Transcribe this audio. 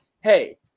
hey